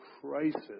crisis